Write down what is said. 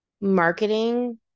marketing